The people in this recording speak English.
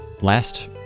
last